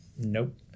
nope